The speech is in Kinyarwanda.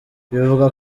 bivuga